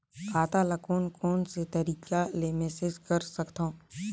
खाता ल कौन कौन से तरीका ले मैनेज कर सकथव?